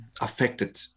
affected